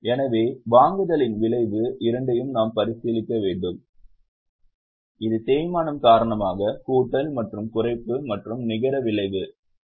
எனவே வாங்குதலின் விளைவு இரண்டையும் நாம் பரிசீலிக்க வேண்டும் இது தேய்மானம் காரணமாக கூட்டல் மற்றும் குறைப்பு மற்றும் நிகர விளைவு இந்த 34600 ஆக இருக்கும்